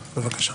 בבקשה.